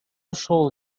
shall